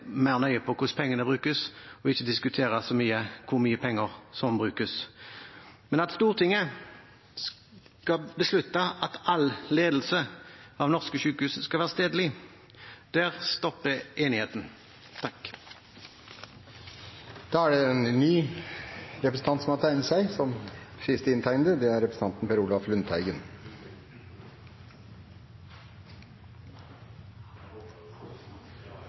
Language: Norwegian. mer nøye på hvordan pengene brukes, og ikke diskutere så mye hvor mye penger som brukes. Men at Stortinget skal beslutte at all ledelse av norske sykehus skal være stedlig – der stopper enigheten. Det er hyggelig at både representanten